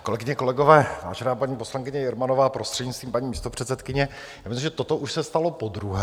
Kolegyně, kolegové, vážená paní poslankyně Jermanová, prostřednictvím paní místopředsedkyně, já myslím, že toto už se stalo podruhé.